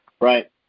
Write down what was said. Right